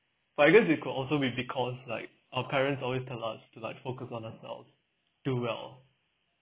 but I guess it could also maybe cause like our parents always tell us to like focus on ourselves do well